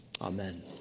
Amen